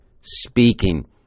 speaking